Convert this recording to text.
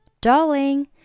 Darling